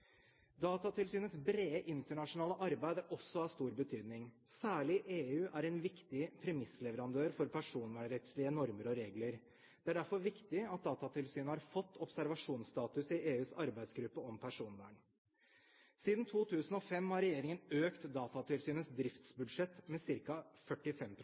Datatilsynets brede internasjonale arbeid er også av stor betydning. Særlig EU er en viktig premissleverandør for personvernrettslige normer og regler. Det er derfor viktig at Datatilsynet har fått observasjonsstatus i EUs arbeidsgruppe om personvern. Siden 2005 har regjeringen økt Datatilsynets driftsbudsjett med ca. 45